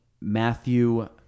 Matthew